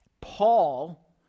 Paul